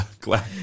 glad